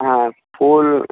হ্যাঁ ফুল